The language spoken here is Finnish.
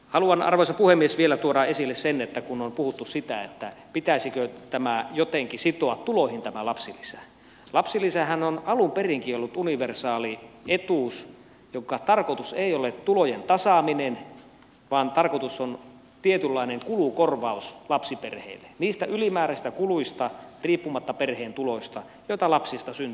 haluan arvoisa puhemies vielä tuoda esille sen että kun on puhuttu siitä pitäisikö jotenkin sitoa tuloihin tämä lapsilisä lapsilisähän on alun perinkin ollut universaali etuus jonka tarkoitus ei ole tulojen tasaaminen vaan tarkoitus on tietynlainen kulukorvaus lapsiperheille niistä ylimääräisistä kuluista riippumatta perheen tuloista joita lapsista syntyy perheelle